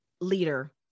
leader